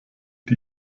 die